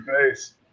face